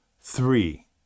three